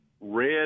red